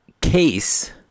case